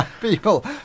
people